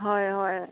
হয় হয়